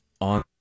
on